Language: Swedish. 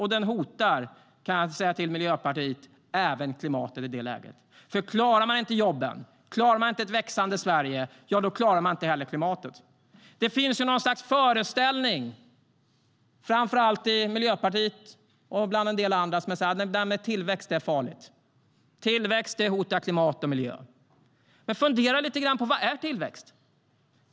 Och den hotar, kan jag säga till Miljöpartiet, även klimatet i det läget. För klarar man inte jobben och ett växande Sverige klarar man inte heller klimatet. Det finns något slags föreställning, framför allt i Miljöpartiet och bland en del andra, om att tillväxt är farligt. Tillväxt hotar klimat och miljö. Men fundera lite grann på vad tillväxt är!